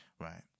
Right